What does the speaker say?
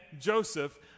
Joseph